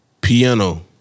Piano